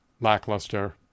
lackluster